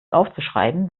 aufzuschreiben